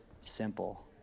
simple